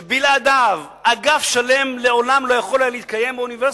שבלעדיו אגף שלם לעולם לא יכול היה להתקיים באוניברסיטה,